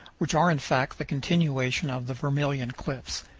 which are in fact the continuation of the vermilion cliffs.